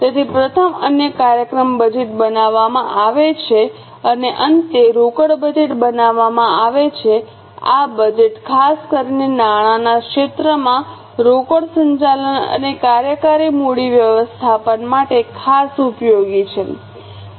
તેથી પ્રથમ અન્ય કાર્યાત્મક બજેટ બનાવવામાં આવે છે અને અંતે રોકડ બજેટ બનાવવામાં આવે છે આ બજેટ ખાસ કરીને નાણાંના ક્ષેત્રમાં રોકડ સંચાલન અને કાર્યકારી મૂડી વ્યવસ્થાપન માટે ખાસ ઉપયોગી છે